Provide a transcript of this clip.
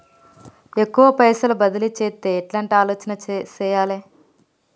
ఎక్కువ పైసలు బదిలీ చేత్తే ఎట్లాంటి ఆలోచన సేయాలి?